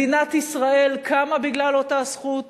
מדינת ישראל קמה בגלל אותה זכות,